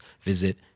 visit